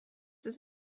ist